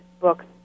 books